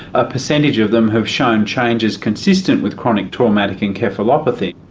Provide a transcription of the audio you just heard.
a percentage of them have shown changes consistent with chronic traumatic encephalopathy.